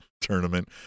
Tournament